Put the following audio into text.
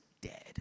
dead